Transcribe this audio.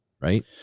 Right